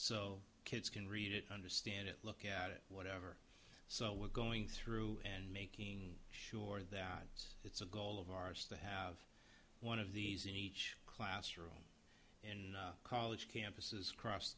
so kids can read it understand it look at it whatever so we're going through and making sure that it's it's a goal of ours to have one of these in each classroom in college campuses across